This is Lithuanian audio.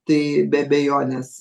tai be abejonės